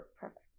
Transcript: Perfect